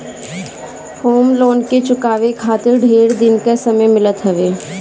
home loan के चुकावे खातिर ढेर दिन के समय मिलत हवे